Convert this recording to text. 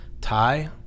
thai